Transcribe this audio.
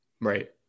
right